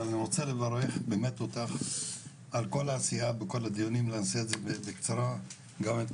אבל אני רוצה לברך אותך על כל העשייה וכל הדיונים וגם את